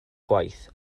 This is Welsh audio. gwaith